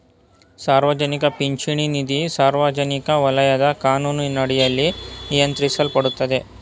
ಸಾರ್ವಜನಿಕ ಪಿಂಚಣಿ ನಿಧಿ ಸಾರ್ವಜನಿಕ ವಲಯದ ಕಾನೂನಿನಡಿಯಲ್ಲಿ ನಿಯಂತ್ರಿಸಲ್ಪಡುತ್ತೆ